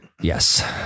Yes